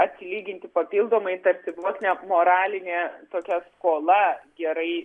atsilyginti papildomai tarsi vos ne moralinė tokia skola gerai